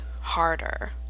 harder